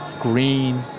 Green